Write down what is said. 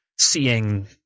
seeing